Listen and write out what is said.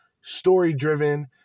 Story-driven